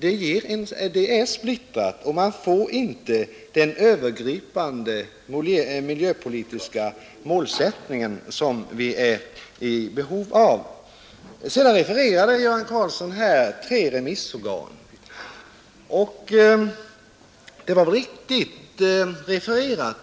är splittrat och att man inte får den övergripande miljöpolitiska målsättning som vi är i behov av. Sedan refererade herr Göran Karlsson yttranden av tre remissorgan, och det var väl riktigt refererat.